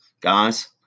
Guys